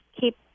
keep